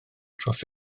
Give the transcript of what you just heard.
dros